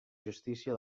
justícia